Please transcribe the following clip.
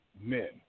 men